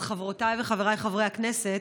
אז חברותיי וחבריי חברי הכנסת,